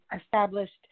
established